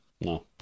No